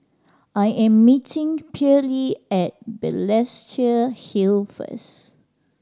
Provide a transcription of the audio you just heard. I am meeting Pearley at Balestier Hill first